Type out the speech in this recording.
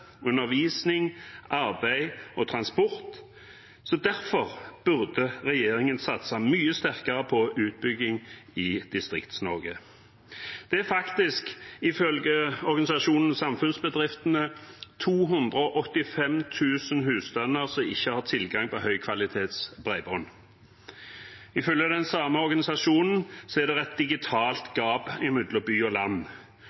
undervisning, arbeid og transport, burde regjeringen satse mye sterkere på utbygging i Distrikts-Norge. Det er faktisk, ifølge organisasjonen Samfunnsbedriftene, 285 000 husstander som ikke har tilgang på høykvalitets bredbånd. Ifølge den samme organisasjonen er det et digitalt